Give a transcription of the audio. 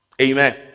Amen